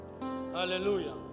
Hallelujah